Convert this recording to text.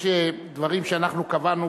יש דברים שאנחנו קבענו